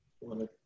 wanted